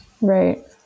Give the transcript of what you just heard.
Right